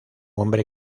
hombre